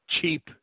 cheap